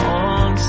on